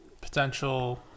potential